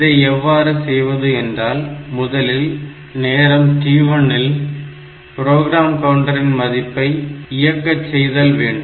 இதை எவ்வாறு செய்வது என்றால் முதலில் நேரம் t1 இல் ப்ரோக்ராம் கவுண்டரின் மதிப்பை இயக்க செய்தல் வேண்டும்